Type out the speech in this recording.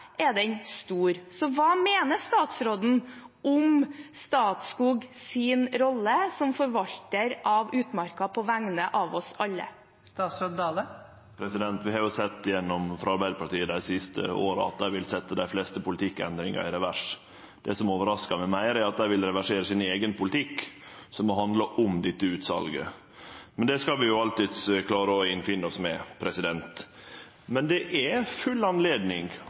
er den stor. Så hva mener statsråden om Statskogs rolle som forvalter av utmarka på vegne av oss alle? Vi har dei siste åra sett frå Arbeidarpartiets side at dei vil setje dei fleste politikkendringar i revers. Det som overraskar meg meir, er at dei vil reversere sin eigen politikk som handlar om dette utsalet. Men det skal vi alltids klare å avfinne oss med. Men det er full anledning,